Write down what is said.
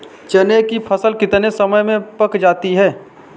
चने की फसल कितने समय में पक जाती है?